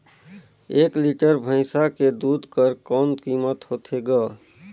एक लीटर भैंसा के दूध कर कौन कीमत होथे ग?